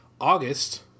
August